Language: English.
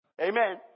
Amen